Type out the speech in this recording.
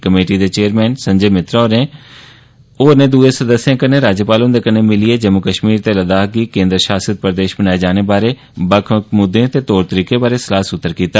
committee दे chairman Sanjay Mitra होरें होरनें सदस्यें कन्नै राज्यपाल हन्दे कन्नै मिलियै जम्मू कश्मीर ते लद्दाख गी केन्द्र शासत प्रदेश बनाए जाने दे बारे च बक्ख बक्ख मुद्दे दे तौर तरीकें बारै सलाह सूत्र कीता